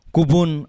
Kubun